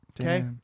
okay